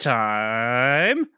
time